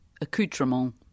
accoutrement